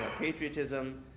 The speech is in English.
patriotism,